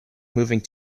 moving